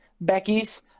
Becky's